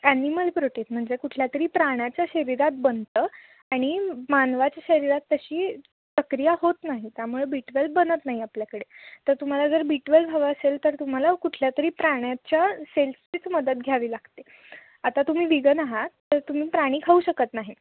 animal protein म्हणजे कुठल्या तरी प्राण्याच्या शरीरात बनतं आणि मानवाच्या शरीरात तशी प्रक्रिया होत नाही त्यामुळे बी ट्वेल्व बनत नाही आपल्याकडे तर तुम्हाला जर बी ट्वेल्व हवं असेल तर तुम्हाला कुठल्यातरी प्राण्याच्या सेल्सचीच मदत घ्यावी लागते आता तुम्ही विगन आहात तर तुम्ही प्राणी खाऊ शकत नाही